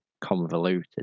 convoluted